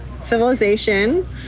civilization